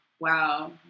wow